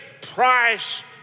price